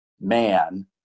man